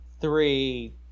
three